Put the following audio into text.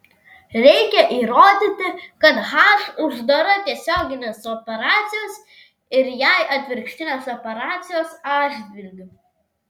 reikia įrodyti kad h uždara tiesioginės operacijos ir jai atvirkštinės operacijos atžvilgiu